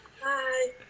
Hi